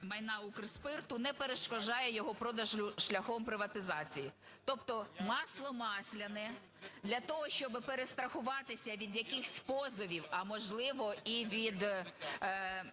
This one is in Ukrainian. майна Укрспирту не перешкоджає його продажу шляхом приватизації, тобто масло масляне для того, щоби перестрахуватися від якихось позовів, а, можливо, і від